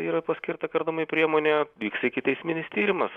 yra paskirta kardomoji priemonė vyks ikiteisminis tyrimas